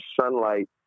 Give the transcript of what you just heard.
sunlight